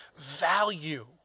value